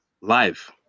live